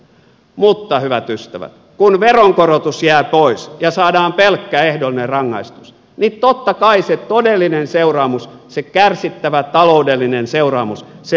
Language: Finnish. mutta hyvät ystävät kun veronkorotus jää pois ja saadaan pelkkä ehdollinen rangaistus niin totta kai se todellinen seuraamus se kärsittävä taloudellinen seuraamus lievenee